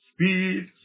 Speed